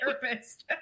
therapist